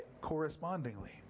correspondingly